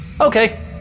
Okay